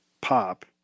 pop